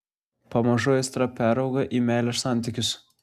pamažu aistra perauga į meilės santykius